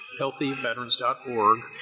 healthyveterans.org